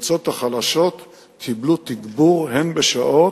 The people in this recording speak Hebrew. הקבוצות החלשות קיבלו תגבור בשעות,